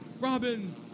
Robin